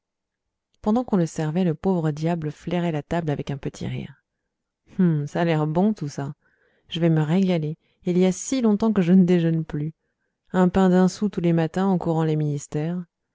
pendant qu'on le servait le pauvre diable flairait la table avec un petit rire ça a l'air bon tout ça je vais me régaler il y a si longtemps que je ne déjeune plus un pain d'un sou tous les matins en courant les ministères